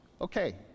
Okay